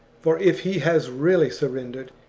for if he has really surrendered,